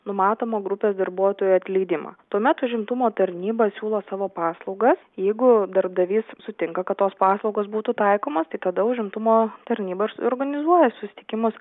numatomą grupės darbuotojų atleidimą tuomet užimtumo tarnyba siūlo savo paslaugas jeigu darbdavys sutinka kad tos paslaugos būtų taikomos tai tada užimtumo tarnyba ir organizuoja susitikimus